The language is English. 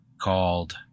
called